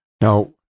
Now